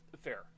Fair